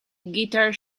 guitar